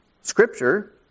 Scripture